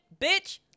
bitch